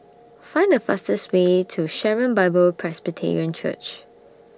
Find The fastest Way to Sharon Bible Presbyterian Church